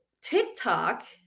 TikTok